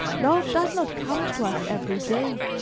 love does not come to us every day.